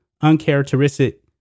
uncharacteristic